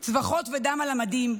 צרחות ודם על המדים.